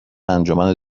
انجمن